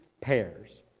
pairs